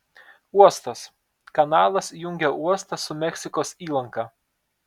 uostas kanalas jungia uostą su meksikos įlanka